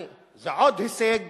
זה עוד הישג